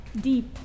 deep